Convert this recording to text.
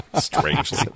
strangely